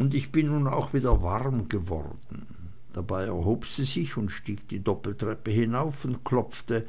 mehr ich bin nun auch wieder warm geworden dabei erhob sie sich und stieg die doppeltreppe hinauf und klopfte